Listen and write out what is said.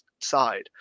side